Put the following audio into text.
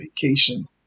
vacation